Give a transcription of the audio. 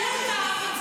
זה סוהר.